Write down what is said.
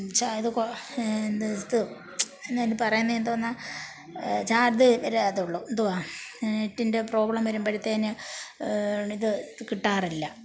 ഇത് ഇത് എന്താ അതിന് പറയുന്നത് എന്തോന്ന് നെറ്റിൻ്റെ പ്രോബ്ലം വരുമ്പോഴത്തേനും ഇത് കിട്ടാറില്ല